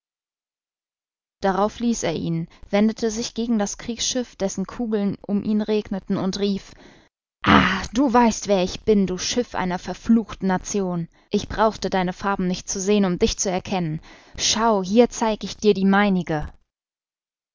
darauf ließ er ihn wendete sich gegen das kriegsschiff dessen kugeln um ihn regneten und rief ah du weißt wer ich bin du schiff einer verfluchten nation ich brauchte deine farben nicht zu sehen um dich zu erkennen schau hier zeig ich dir die meinige